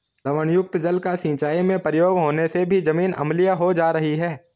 लवणयुक्त जल का सिंचाई में प्रयोग होने से भी जमीन अम्लीय हो जा रही है